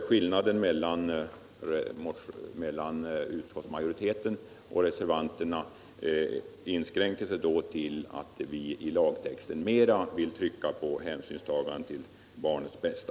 Skillnaden mellan utskottsmajoriteten och reservanterna inskränker sig då till att vi i lagtexten mera vill trycka på hänsynstagande till barnets bästa.